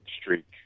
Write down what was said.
streak